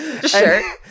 sure